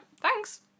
thanks